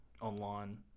online